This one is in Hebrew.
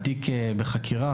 התיק בחקירה,